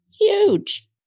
huge